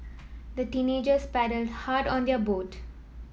the teenagers paddled hard on their boat